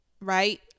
right